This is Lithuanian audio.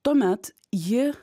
tuomet ji